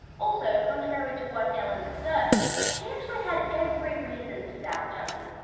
also contrary to what ellen asserts, she actually had every reason to doubt jussie.